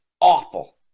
awful